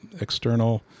external